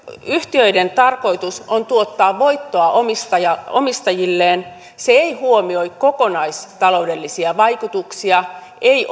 yhtiöiden tarkoitus on tuottaa voittoa omistajilleen se ei huomioi kokonaistaloudellisia vaikutuksia ei